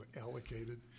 allocated